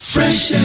Fresh